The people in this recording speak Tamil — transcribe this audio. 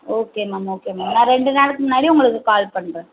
ஓகே மேம் ஓகே மேம் நான் ரெண்டு நாளைக்கு முன்னாடி உங்களுக்கு கால் பண்ணுறேன்